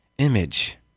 image